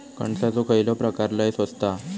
कणसाचो खयलो प्रकार लय स्वस्त हा?